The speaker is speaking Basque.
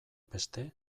beste